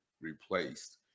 replaced